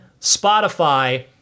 spotify